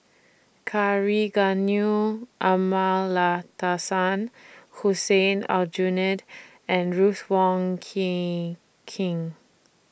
Kavignareru Amallathasan Hussein Aljunied and Ruth Wong King King